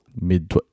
mid